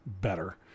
better